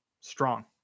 strong